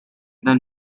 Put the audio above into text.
than